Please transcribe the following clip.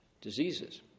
diseases